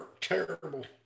terrible